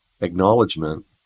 acknowledgement